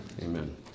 Amen